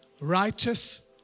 righteous